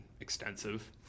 extensive